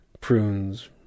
Prunes